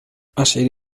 أشعل